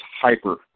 hyper